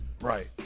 Right